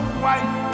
white